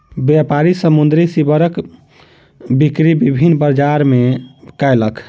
व्यापारी समुद्री सीवरक बिक्री विभिन्न बजार मे कयलक